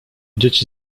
dzieci